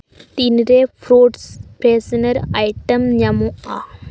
ᱛᱤᱱᱨᱮ fruits freshener item ᱧᱟᱢᱚᱜᱼᱟ